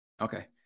Okay